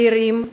צעירים,